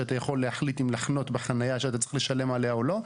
שאתה יכול להחליט אם לחנות בחניה שאתה צריך לשלם עליה או לא,